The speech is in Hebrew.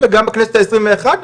וגם בכנסת ה-21,